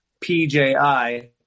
pji